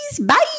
Bye